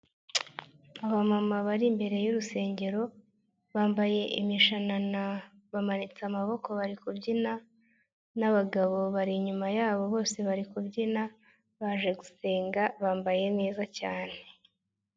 Abamama bari imbere y'urusengero, bambaye imishanana, bamanitse amaboko bari kubyina, n'abagabo bari inyuma yabo, bose bari kubyina baje gusenga bambaye neza cyane.